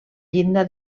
llinda